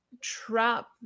trap